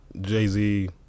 Jay-Z